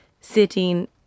sitting